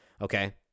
Okay